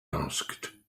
asked